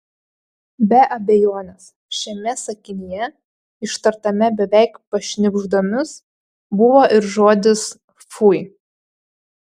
be abejonės šiame sakinyje ištartame beveik pašnibždomis buvo ir žodis fui